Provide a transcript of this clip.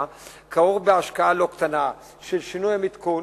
כרוך בהשקעה לא קטנה בשינוי המתקון,